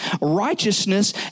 righteousness